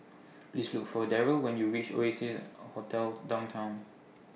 Please Look For Darryle when YOU REACH Oasia Hotel Downtown